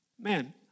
Man